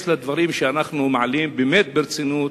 לדברים שאנחנו מעלים באמת ברצינות,